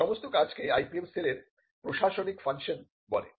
এই সমস্ত কাজ কে IPM সেলের প্রশাসনিক ফাংশন বলে